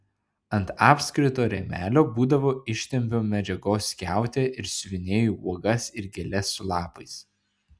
ant apskrito rėmelio būdavo ištempiu medžiagos skiautę ir siuvinėju uogas ir gėles su lapais